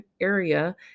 area